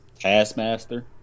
Assmaster